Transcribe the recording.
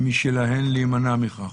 משלהן להימנע מכך?